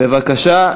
בבקשה,